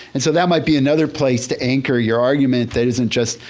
and so that might be another place to anchor your argument that isn't just,